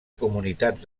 comunitats